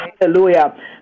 hallelujah